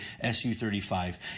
Su-35